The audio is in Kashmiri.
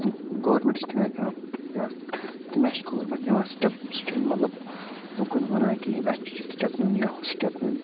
گورمٮ۪نٛٹ چھِ تَمہِ آے کَران یا تَمہِ آے چھِ گورمٮ۪نٛٹ نِوان سِٹٮ۪پ سُہ چھِنہٕ مطلب لُکن وَنان کِہیٖنۍ اَسہِ چھِ یہِ سِٹٮ۪پ نیُن یا ہُہ سِٹٮ۪پ نیُن